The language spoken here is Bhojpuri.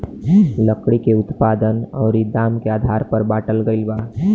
लकड़ी के उत्पादन अउरी दाम के आधार पर बाटल गईल बा